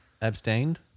abstained